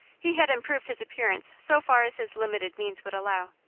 he had improved his appearance so far as his limited means would allow.